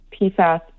PFAS